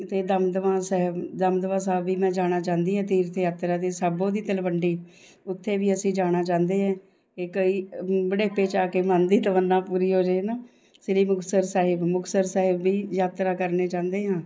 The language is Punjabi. ਅਤੇ ਦਮਦਮਾ ਸਾਹਿਬ ਦਮਦਮਾ ਸਾਹਿਬ ਵੀ ਮੈਂ ਜਾਣਾ ਚਾਹੁੰਦੀ ਹਾਂ ਤੀਰਥ ਯਾਤਰਾ 'ਤੇ ਸਾਬੋ ਦੀ ਤਲਵੰਡੀ ਉੱਥੇ ਵੀ ਅਸੀਂ ਜਾਣਾ ਚਾਹੁੰਦੇ ਹਾਂ ਕਿ ਕਈ ਬੁਢੇਪੇ 'ਚ ਆ ਕੇ ਮਨ ਦੀ ਤਮੰਨਾ ਪੂਰੀ ਹੋ ਜਾਵੇ ਹੈ ਨਾ ਸ੍ਰੀ ਮੁਕਤਸਰ ਸਾਹਿਬ ਮੁਕਤਸਰ ਸਾਹਿਬ ਵੀ ਯਾਤਰਾ ਕਰਨੀ ਚਾਹੁੰਦੇ ਹਾਂ